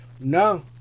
no